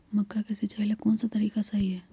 मक्का के सिचाई ला कौन सा तरीका सही है?